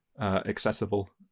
accessible